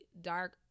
dark